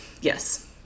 Yes